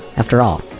after all,